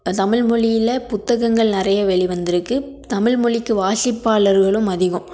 தமிழ் மொழியில புத்தகங்கள் நிறைய வெளி வந்திருக்கு தமிழ் மொழிக்கு வாசிப்பாளர்களும் அதிகம்